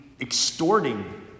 extorting